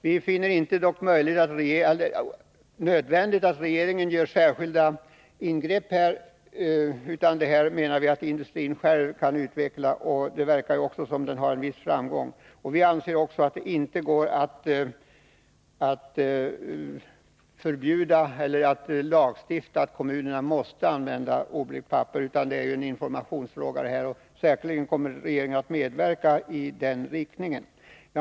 Vi finner det dock inte nödvändigt att regeringen gör några särskilda ingrepp. Vi menar att industrin själv kan utveckla detta. Det verkar också som om den har en viss framgång härvidlag. Vi anser inte heller att det går att lagstifta om att kommunerna skall använda oblekt papper — det är en informationsfråga. Säkerligen kommer regeringen att medverka till den informationen.